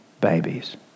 babies